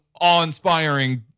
awe-inspiring